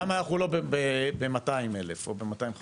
למה אנחנו לא ב-200,000 או ב-250,000?